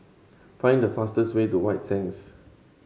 find the fastest way to White Sands